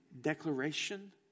declaration